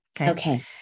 Okay